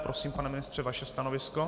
Prosím, pane ministře, vaše stanovisko?